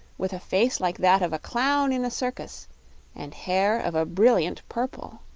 with a face like that of a clown in a circus and hair of a brilliant purple.